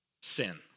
sin